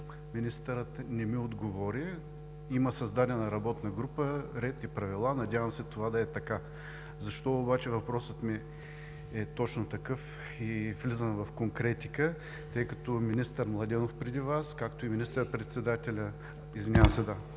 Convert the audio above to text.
министърът не ми отговори. Има създадена работна група, ред и правила, надявам се това да е така. Защо обаче въпросът ми е точно такъв и влизам в конкретика – тъй като министър Маринов, както и министър-председателят господин